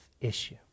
issue